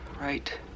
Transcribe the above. right